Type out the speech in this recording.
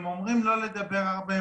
הם אומרים לא לדבר הרבה,